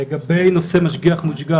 לגבי נושא משגיח-מושגח,